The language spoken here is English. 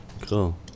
Cool